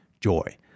joy